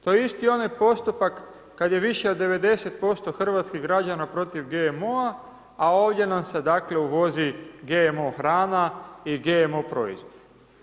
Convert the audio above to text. To je isti onaj postupak kad je više od 90% hrvatskih građana protiv GMO-a, a ovdje nam se dakle, uvozi GMO hrana i GMO proizvodi.